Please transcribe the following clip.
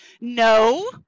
No